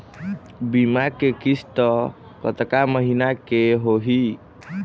बीमा के किस्त कतका महीना के होही?